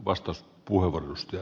arvoisa puhemies